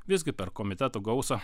visgi per komitetų gausa